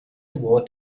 toward